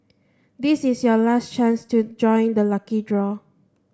this is your last chance to join the lucky draw